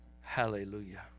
Hallelujah